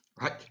right